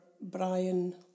Brian